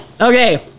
okay